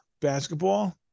basketball